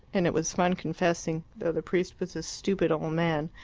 and it was fun confessing, though the priest was a stupid old man,